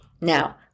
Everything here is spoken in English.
Now